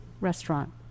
restaurant